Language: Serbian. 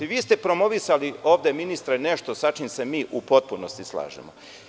Vi ste promovisali ovde ministre nešto sa čim se mi u potpunosti slažemo.